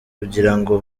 kugirango